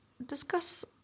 discuss